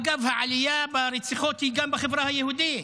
אגב, העלייה ברציחות היא גם בחברה היהודית,